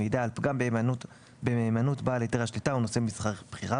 המעידה על פגם במהימנות בעל היתר השליטה או נושא משרה בכירה